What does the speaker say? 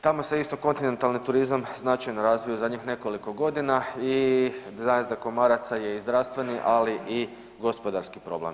Tamo se isto kontinentalni turizam značajno razvio u zadnjih nekoliko godina i najezda komaraca je i zdravstveni, ali i gospodarski problem.